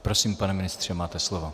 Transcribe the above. Prosím, pane ministře, máte slovo.